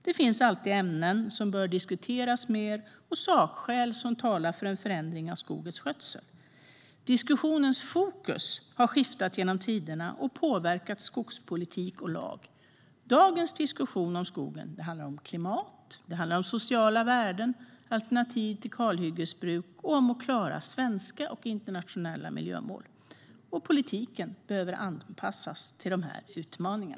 Det finns alltid ämnen som bör diskuteras mer och sakskäl som talar för en förändring av skogens skötsel. Diskussionens fokus har skiftat genom tiderna och påverkat skogspolitik och lag. Dagens diskussion om skogen handlar om klimat, om sociala värden, om alternativ till kalhyggesbruk och om att klara svenska och internationella miljömål. Politiken behöver anpassas till dessa utmaningar.